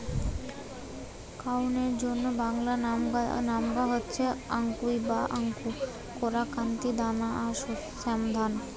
কাউনের অন্য বাংলা নামগা হয়ঠে কাঙ্গুই বা কাঙ্গু, কোরা, কান্তি, দানা আর শ্যামধাত